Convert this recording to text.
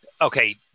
Okay